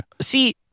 See